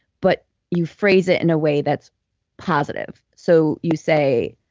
but you phrase it in a way that's positive so you say,